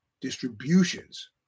Distributions